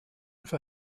for